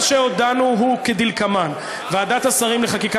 מה שהודענו הוא כדלקמן: ועדת השרים לחקיקה